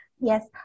Yes